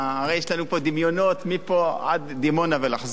הרי יש לנו פה דמיונות מפה עד דימונה ולחזור,